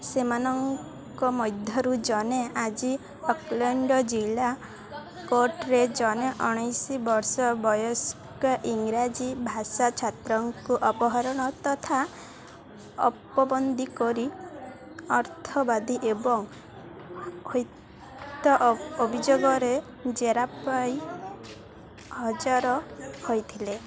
ସେମାନଙ୍କ ମଧ୍ୟରୁ ଜଣେ ଆଜି ଅକ୍ଲ୍ୟାଣ୍ଡ ଜିଲ୍ଲା କୋର୍ଟରେ ଜଣେ ଉଣେଇଶ ବର୍ଷ ବୟସ୍କ ଇଂରାଜୀ ଭାଷା ଛାତ୍ରଙ୍କୁ ଅପହରଣ ତଥା ଅପବନ୍ଦୀ କରି ଅର୍ଥବାଦୀ ଏବଂ ହତ୍ୟା ଅ ଅଭିଯୋଗର ଜେରା ପାଇଁ ହାଜର ହୋଇଥିଲେ